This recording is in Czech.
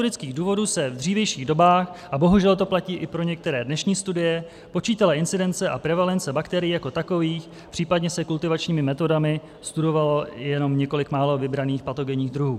Z metodických důvodů se v dřívějších dobách, a bohužel to platí i pro některé dnešní studie, počítala incidence a prevalence bakterií jako takových, případně se kultivačními metodami studovalo jenom několik málo vybraných patogenních druhů.